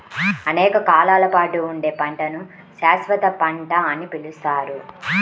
అనేక కాలాల పాటు ఉండే పంటను శాశ్వత పంట అని పిలుస్తారు